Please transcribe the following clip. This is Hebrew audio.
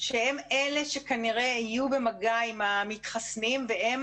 שהם אלה שכנראה יהיו במגע עם המתחסנים, והם